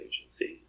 agencies